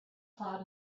cloud